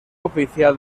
oficial